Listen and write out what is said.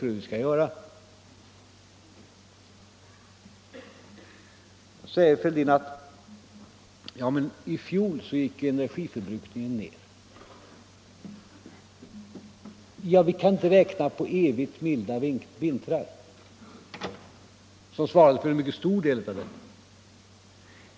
Så säger herr Fälldin att i fjol gick energiförbrukningen ned. Ja, men vi kan inte räkna med evigt mildra vintrar, som svarade för en mycket stor del av detta förhållande.